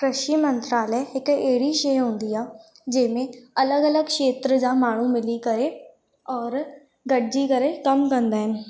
कृषि मंत्रालय हिकु अहिड़ी शइ हूंदी आहे जंहिंमें अलॻि अलॻि क्षेत्र जा माण्हू मिली करे और गॾिजी करे कमु कंदा आहिनि